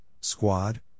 squad